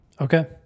Okay